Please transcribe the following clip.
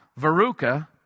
Veruca